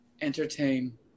Entertain